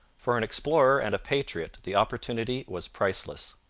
for an explorer and a patriot the opportunity was priceless.